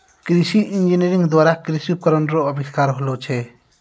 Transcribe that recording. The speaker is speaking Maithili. कृषि इंजीनियरिंग द्वारा कृषि उपकरण रो अविष्कार होलो छै